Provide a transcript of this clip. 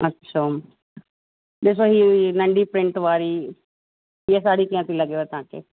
अच्छा ॾिसो हीअ हीअ नंढी प्रिंट वारी हीअ साड़ी कीअं थी लॻेव तव्हांखे